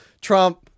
Trump